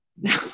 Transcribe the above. no